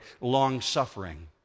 long-suffering